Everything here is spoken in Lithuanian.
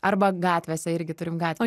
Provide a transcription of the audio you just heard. arba gatvėse irgi turim gatvę